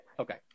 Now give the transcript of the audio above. Okay